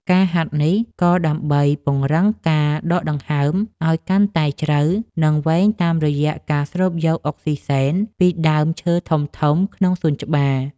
ការហាត់នេះ ក៏ដើម្បីពង្រឹងការដកដង្ហើមឱ្យកាន់តែជ្រៅ និងវែងតាមរយៈការស្រូបយកអុកស៊ីសែនពីដើមឈើធំៗក្នុងសួនច្បារ។